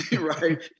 right